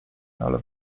ale